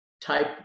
type